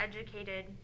educated